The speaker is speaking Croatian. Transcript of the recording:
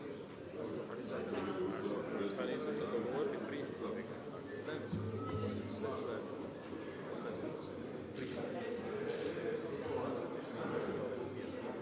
Hvala